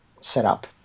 setup